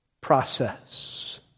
process